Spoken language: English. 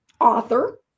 author